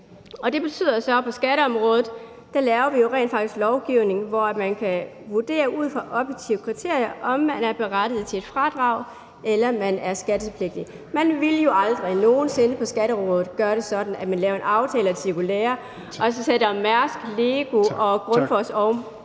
så rent faktisk, at vi på skatteområdet laver lovgivning, hvor det ud fra objektive kriterier kan vurderes, om man er berettiget til et fradrag eller man er skattepligtig. Man ville jo aldrig nogen sinde på skatteområdet gøre det sådan, at man lavede en aftale eller et cirkulære og så sætter Mærsk, LEGO og Grundfos op